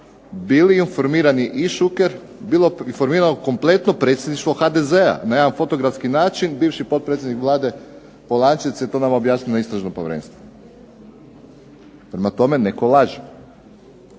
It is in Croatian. bili informirani i Šuker, bilo informirano kompletno predsjedništvo HDZ-a na jedan fotografski način bivši potpredsjednik Vlade Polančec je to nama objasnio na Istražnom povjerenstvu. Prema tome, netko laže.